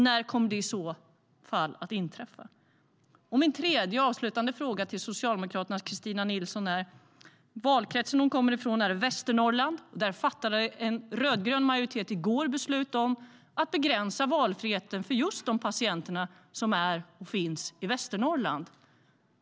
När kommer det i så fall att inträffa? Så till min tredje och avslutande fråga till Socialdemokraternas Kristina Nilsson. Den valkrets som hon kommer från är Västernorrland. Där fattade en rödgrön majoritet i går beslut om att begränsa valfriheten för just de patienter som finns i Västernorrland.